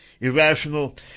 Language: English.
irrational